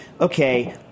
okay